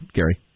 Gary